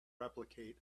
replicate